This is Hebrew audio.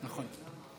נכון.